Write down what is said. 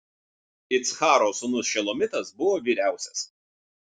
iccharo sūnus šelomitas buvo vyriausias